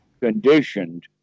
conditioned